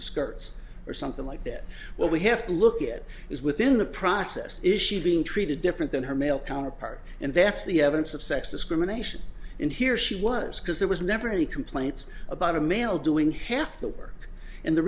skirts or something like that well we have to look it is within the process is she being treated different than her male counterpart and that's the evidence of sex discrimination in here she was because there was never any complaints about a male doing half the work in the